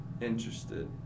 interested